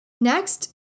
Next